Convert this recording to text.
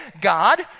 God